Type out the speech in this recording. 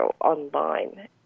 online